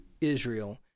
Israel